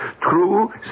True